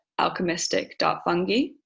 alchemistic.fungi